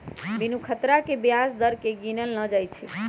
बिनु खतरा के ब्याज दर केँ गिनल न जाइ छइ